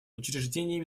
учреждений